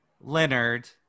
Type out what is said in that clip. Leonard